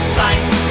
fight